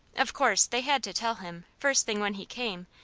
of course they had to tell him, first thing when he came,